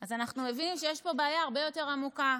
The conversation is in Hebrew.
אז אנחנו מבינים שיש פה בעיה הרבה יותר עמוקה.